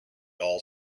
all